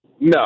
No